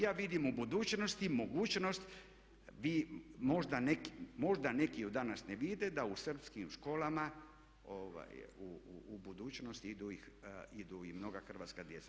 Ja vidim u budućnosti mogućnost, vi možda neki danas ne vide da u srpskim školama, u budućnosti idu i mnoga hrvatska djeca.